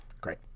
Great